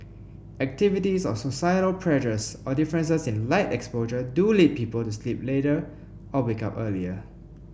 activities or societal pressures or differences in light exposure do lead people to sleep later or wake up earlier